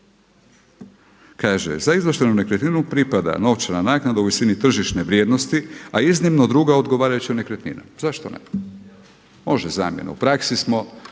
kaže „za izvlaštenu nekretninu pripada novčana naknada u visini tržišne vrijednosti a iznimno druga odgovarajuća nekretnina. Zašto ne? Može zamjena. U praksi smo